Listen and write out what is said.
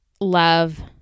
love